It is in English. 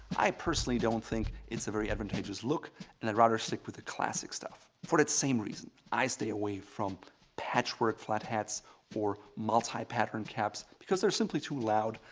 i personally don't think it's a very advantageous look and i'd rather stick with the classic stuff. for that same reason, i stay away from patchwork flat hats or multi pattern caps because they're simply too loud.